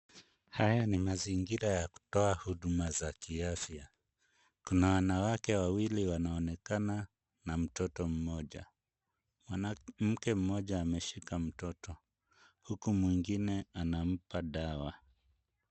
Haya ni mazingira ya kutoa huduma za kiafya. Kuna wanawake wawili wanaonekana na mtoto mmoja. Mke mmoja ameshika mtoto. Huku mwingine anampa dawa.